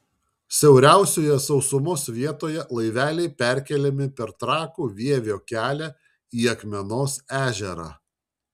siauriausioje sausumos vietoje laiveliai perkeliami per trakų vievio kelią į akmenos ežerą